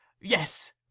Yes